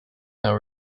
now